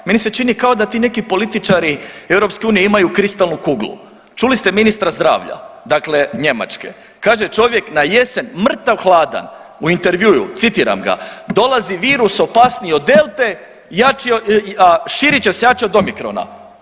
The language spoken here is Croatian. Meni se čini kao da ti neki političari EU imaju kristalnu kuglu, čuli ste ministra zdravlja Njemačke, kaže čovjek na jesen mrtav hladan u intervjuu citiram ga, dolazi virus opasniji od delte, širit će se jače od omikrona.